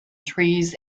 trees